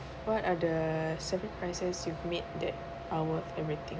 what are the sacrifices you've made that are worth everything